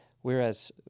Whereas